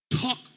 Talk